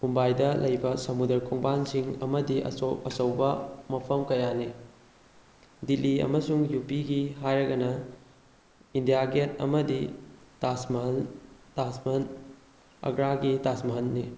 ꯃꯨꯝꯕꯥꯏꯗ ꯂꯩꯕ ꯁꯃꯨꯗ꯭ꯔ ꯈꯣꯡꯕꯥꯟꯁꯤꯡ ꯑꯃꯗꯤ ꯑꯆꯧ ꯑꯆꯧꯕ ꯃꯐꯝ ꯀꯌꯥ ꯂꯩ ꯗꯤꯜꯂꯤ ꯑꯃꯁꯨꯡ ꯌꯨ ꯄꯤꯒꯤ ꯍꯥꯏꯔꯒꯅ ꯏꯟꯗꯤꯌꯥ ꯒꯦꯠ ꯑꯃꯗꯤ ꯇꯥꯖꯃꯍꯜ ꯇꯥꯖꯃꯍꯜ ꯑꯒ꯭ꯔꯥꯒꯤ ꯇꯥꯖꯃꯍꯜꯅꯤ